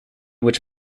which